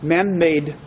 Man-made